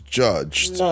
judged